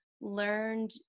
learned